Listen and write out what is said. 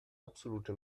absolute